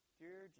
dear